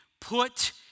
Put